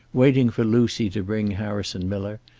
waiting for lucy to bring harrison miller,